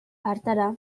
hartara